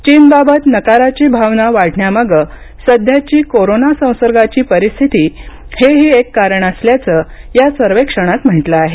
चीनबाबत नकाराची भावना वाढण्यामागे सध्याची कोरोना संसर्गाची परिस्थिती हेही एक कारण असल्याचं या सर्वेक्षणात म्हटलं आहे